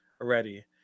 already